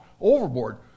overboard